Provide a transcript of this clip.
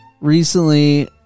recently